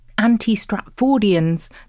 anti-Stratfordians